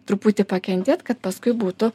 truputį pakentėt kad paskui būtų